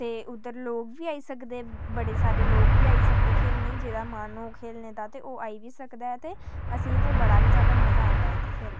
ते उद्धर लोक बी आई सकदे बड़े सारे लोक बी आई सकदे खेढने गी जेह्दा मन होग खेढने दा ता ओह् आई जाह्ग खेढी बी सकदा ऐ ते असेंगी गी ते बड़ा गै ज्यादा मजा औंदा ऐ खेढने गी